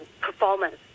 performance